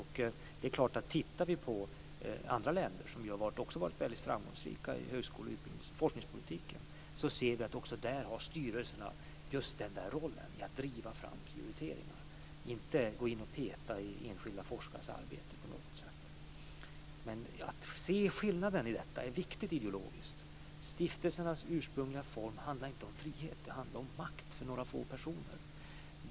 Om vi tittar på andra länder som också har varit väldigt framgångsrika i högskole och forskningspolitiken, ser vi att också där har styrelserna just den rollen, att driva fram prioriteringar, inte att gå in och peta i enskilda forskares arbete. Att se skillnaden i detta ideologiskt är viktigt. Stiftelsernas ursprungliga form handlade inte om frihet utan om makt för några få personer.